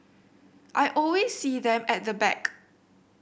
I always see them at the back